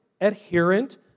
adherent